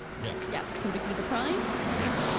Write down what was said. yeah. yes, convicted of a crime? yeah.